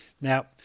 now